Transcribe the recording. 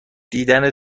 دیدن